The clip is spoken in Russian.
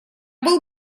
был